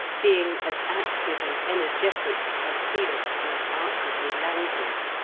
being as active and energetic as felix was outwardly languid.